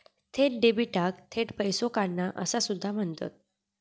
थेट डेबिटाक थेट पैसो काढणा असा सुद्धा म्हणतत